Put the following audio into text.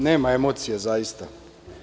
Nema emocija, zaista.